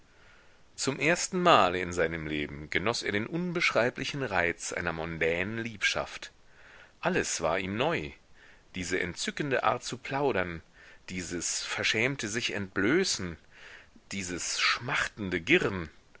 zum ersten male in seinem leben genoß er den unbeschreiblichen reiz einer mondänen liebschaft alles war ihm neu diese entzückende art zu plaudern dieses verschämte sichentblößen dieses schmachtende girren